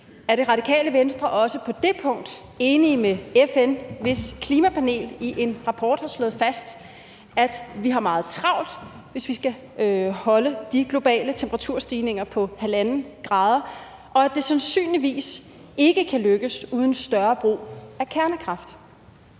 Er Det Radikale Venstre også på det punkt enig med FN, hvis klimapanel i en rapport har slået fast, at vi har meget travlt, hvis vi skal holde de globale temperaturstigninger på 1,5 grader, og at det sandsynligvis ikke kan lykkes uden større brug af kernekraft?